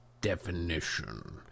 definition